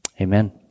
Amen